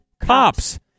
Cops